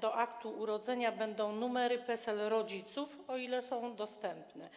do aktu urodzenia będą dodawane numery PESEL rodziców, o ile są one dostępne.